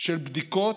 של בדיקות.